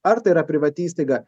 ar tai yra privati įstaiga